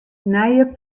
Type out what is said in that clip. nije